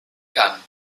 camp